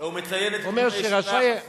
הוא מציין את קיום הישיבה החסויה,